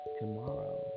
tomorrow